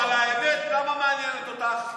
אבל למה שהאמת תעניין אותך?